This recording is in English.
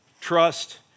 trust